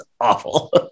awful